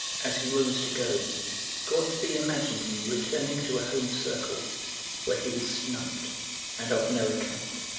as he rose to go gortsby imagined him returning to a home circle where he was snubbed and of no account,